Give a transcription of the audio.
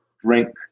drink